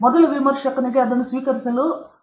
ಮೊದಲ ವಿಮರ್ಶಕನಿಗೆ ಅದನ್ನು ಸ್ವೀಕರಿಸಲು 0